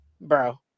bro